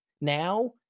now